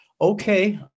Okay